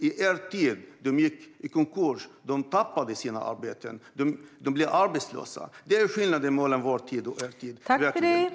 På er tid gick företagen i konkurs, och de anställda förlorade sina jobb och blev arbetslösa. Det är skillnaden mellan vår tid och er tid.